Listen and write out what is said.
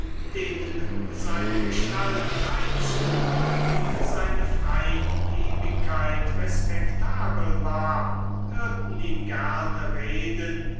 denen seine gestalt reizend und seine freigebigkeit respektabel war hörten ihn gerne reden